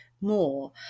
More